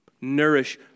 Nourish